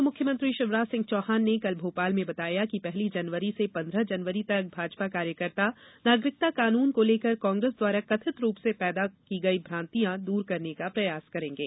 पूर्व मुख्यमंत्री शिवराज सिंह चौहान ने कल भोपाल में बताया कि पहली जनवरी से पन्द्रह जनवरी तक भाजपा कार्यकर्ता नागरिकता कानून को लेकर कांग्रेस द्वारा कथित रूप से पैदा की गई भ्रांतियां दूर करने का प्रयास करेंगे